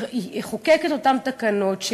יחוקק את אותן תקנות,